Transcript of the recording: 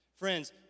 Friends